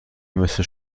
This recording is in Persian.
مثل